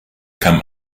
kam